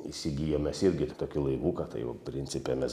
įsigyjom mes irgi tą tokį laivuką tai jau principe mes